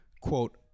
quote